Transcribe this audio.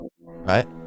right